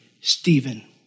Stephen